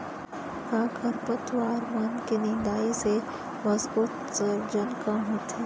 का खरपतवार मन के निंदाई से वाष्पोत्सर्जन कम होथे?